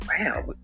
Wow